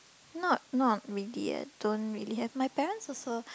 not not really eh don't really have my parents also